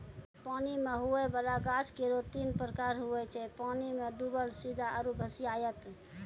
पानी मे हुवै वाला गाछ केरो तीन प्रकार हुवै छै पानी मे डुबल सीधा आरु भसिआइत